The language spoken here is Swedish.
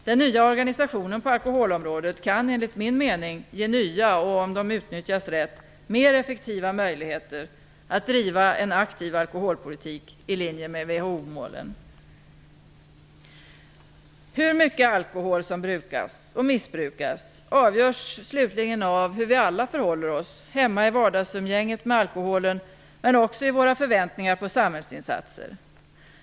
Den nya organisationen på alkoholområdet kan enligt min mening ge nya - och rätt utnyttjat - mer effektiva möjligheter att driva en aktiv alkoholpolitik i linje med WHO-målen. - avgörs slutligen av hur vi alla förhåller oss; hemma i vardagsumgänget med alkoholen, men också i våra förväntningar på samhällsinsatser.